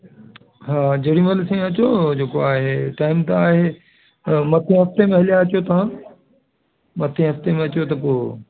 हा जेॾीमहिल साईं अचो जेको आहे टैंट आहे मथे हफ़्ते में हले अचो तव्हां मथे हफ़्ते में अचो त पोइ